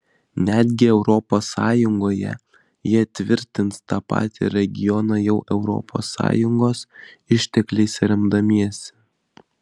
netgi europos sąjungoje jie tvirtins tą patį regioną jau europos sąjungos ištekliais remdamiesi